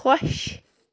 خۄش